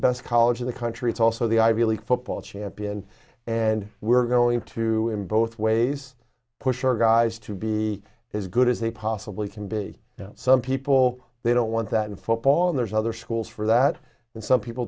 best college in the country it's also the ivy league football champion and we're going to him both ways push our guys to be as good as they possibly can be some people they don't want that in football and there's other schools for that and some people